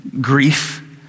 grief